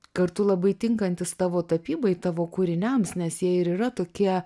kartu labai tinkantis tavo tapybai tavo kūriniams nes jie ir yra tokie